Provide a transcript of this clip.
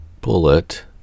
bullet